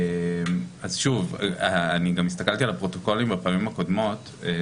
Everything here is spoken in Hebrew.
אז שוב אני גם הסתכלתי על הפרוטוקולים בפעמים הקודמות,